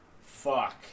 fuck